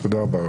תודה רבה.